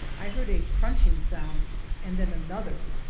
i heard a crunching sound and then another,